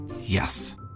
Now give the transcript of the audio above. Yes